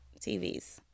TVs